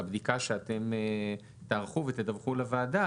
והבדיקה שאתם תערכו ותדווחו לוועדה,